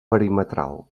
perimetral